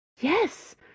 Yes